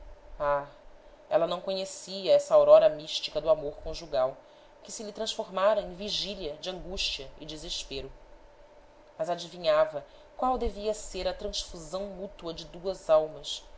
ah ela não conhecia essa aurora mística do amor conjugal que se lhe transformara em vigília de angústia e desespero mas adivinhava qual devia ser a transfusão mútua de duas almas